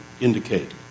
indicate